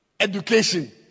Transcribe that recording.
Education